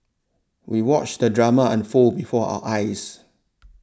we watched the drama unfold before our eyes